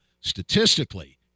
statistically